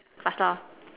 faster